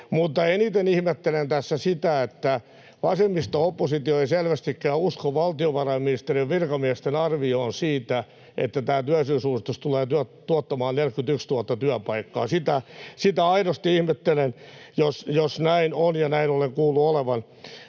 eniten ihmettelen tässä sitä, että vasemmisto-oppositio ei selvästikään usko valtiovarainministeriön virkamiesten arvioon siitä, että tämä työllisyysuudistus tulee tuottamaan 41 000 työpaikkaa. Sitä aidosti ihmettelen, jos näin on, ja näin olen kuullut olevan.